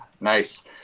Nice